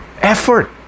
effort